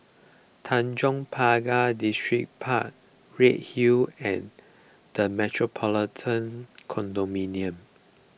Tanjong Pagar Distripark Redhill and the Metropolitan Condominium